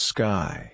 Sky